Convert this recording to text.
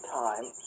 time